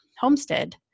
Homestead